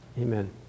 Amen